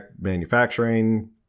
manufacturing